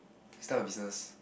this type of business